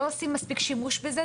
לא עושים מספיק שימוש בזה,